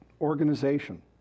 organization